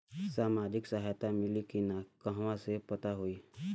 सामाजिक सहायता मिली कि ना कहवा से पता होयी?